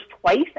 twice